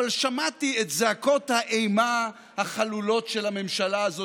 אבל שמעתי את זעקות האימה החלולות של הממשלה הזאת,